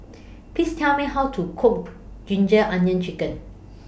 Please Tell Me How to Cook Ginger Onions Chicken